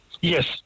Yes